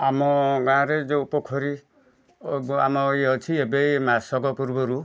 ଆମ ଗାଁରେ ଯେଉଁ ପୋଖରୀ ଆମ ଇଏ ଅଛି ଏବେ ଇଏ ମାସକ ପୂର୍ବରୁ